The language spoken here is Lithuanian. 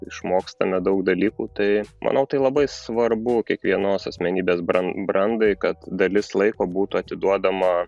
išmokstame daug dalykų tai manau tai labai svarbu kiekvienos asmenybės brandai brandai kad dalis laiko būtų atiduodama